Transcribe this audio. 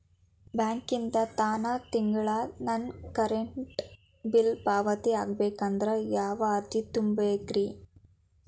ಬ್ಯಾಂಕಿಂದ ತಾನ ತಿಂಗಳಾ ನನ್ನ ಕರೆಂಟ್ ಬಿಲ್ ಪಾವತಿ ಆಗ್ಬೇಕಂದ್ರ ಯಾವ ಅರ್ಜಿ ತುಂಬೇಕ್ರಿ?